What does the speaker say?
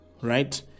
right